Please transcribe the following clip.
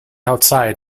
outside